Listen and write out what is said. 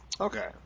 Okay